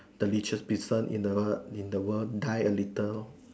the richest person in the in the world die a little lor